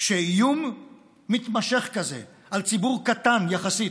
שאיום מתמשך כזה על ציבור קטן יחסית,